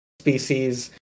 species